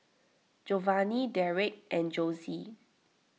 Jovanny Derrek and Jossie